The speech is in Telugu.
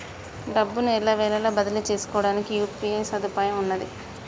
డబ్బును ఎల్లవేళలా బదిలీ చేసుకోవడానికి యూ.పీ.ఐ సదుపాయం ఉన్నది